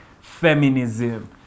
Feminism